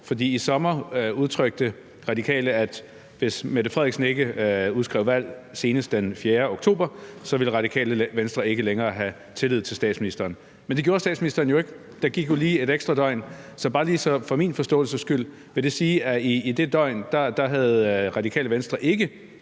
forstår. I sommer udtrykte Radikale, at hvis statsministeren ikke udskrev valg senest den 4. oktober, ville Radikale Venstre ikke længere have tillid til statsministeren, men det gjorde statsministeren jo ikke. Der gik jo lige et ekstra døgn. Så bare lige for min forståelses skyld: Vil det sige, at i det døgn havde Radikale Venstre ikke